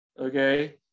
okay